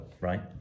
right